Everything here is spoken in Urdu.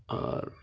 اور